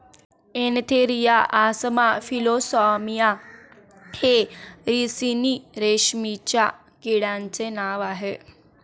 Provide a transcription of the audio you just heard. Antheraea असामा फिलोसामिया हे रिसिनी रेशीमच्या किड्यांचे नाव आह